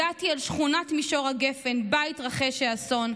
הגעתי אל שכונת מישור הגפן, שבה התרחש האסון.